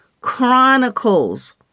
Chronicles